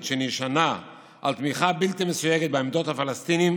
שנשענה על תמיכה בלתי מסויגת בעמדות הפלסטינים